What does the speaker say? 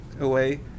away